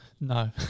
No